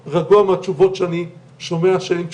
יכולים להרשות לעצמנו להישאר באותו